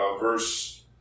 verse